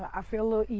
i feel at